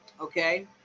Okay